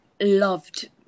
loved